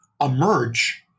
emerge